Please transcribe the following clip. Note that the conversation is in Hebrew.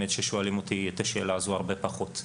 שואלים אותי את השאלה הזאת הרבה פחות.